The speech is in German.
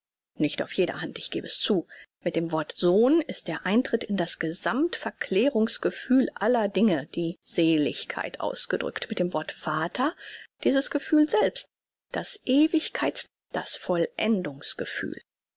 nicht auf jeder hand ich gebe es zu mit dem wort sohn ist der eintritt in das gesammt verklärungs gefühl aller dinge die seligkeit ausgedrückt mit dem wort vater dieses gefühl selbst das ewigkeits das